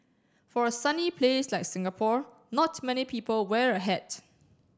for a sunny place like Singapore not many people wear a hat